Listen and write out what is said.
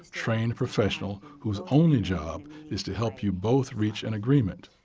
trained professional whose only job is to help you both reach an agreement.